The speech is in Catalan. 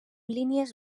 línies